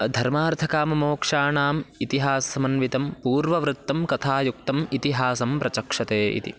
धर्मार्थकाममोक्षाणाम् इतिहास्समन्वितं पूर्ववृत्तं कथायुक्तम् इतिहासं प्रचक्षते इति